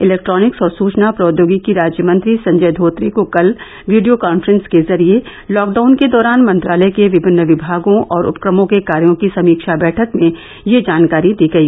electronics और सुचना प्रौद्योगिकी राज्य मंत्री संजय धोत्रे को कल वीडियो कान्फ्रॅस के जरिए लॉकडाउन के दौरान मंत्रालय के विभिन्न विभागों और उपक्रमों के कार्यो की समीक्षा बैठक में यह जानकारी दी गई